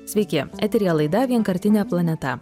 sveiki eteryje laida vienkartinė planeta